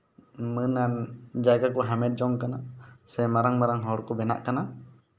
ᱢᱟᱹᱱᱟᱱ ᱡᱟᱭᱜᱟ ᱠᱚ ᱦᱟᱢᱮᱴ ᱡᱚᱝ ᱠᱟᱱᱟ ᱥᱮ ᱢᱟᱨᱟᱝ ᱢᱟᱨᱟᱝ ᱦᱚᱲᱠᱚ ᱵᱮᱱᱟᱜ ᱠᱟᱱᱟ